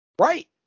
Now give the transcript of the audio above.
Right